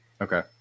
Okay